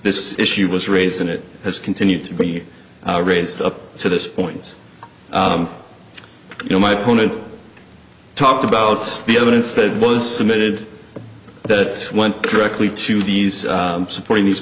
this issue was raised and it has continued to be raised up to this point you know my point talked about the evidence that was submitted that when directly to these supporting these